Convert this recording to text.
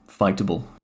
fightable